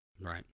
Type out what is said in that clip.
Right